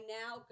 now